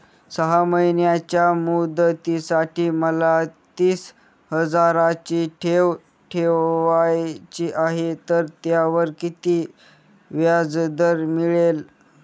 सहा महिन्यांच्या मुदतीसाठी मला तीस हजाराची ठेव ठेवायची आहे, तर त्यावर किती व्याजदर मिळेल?